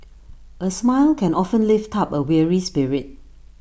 A smile can often lift up A weary spirit